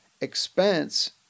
expense